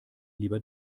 lieber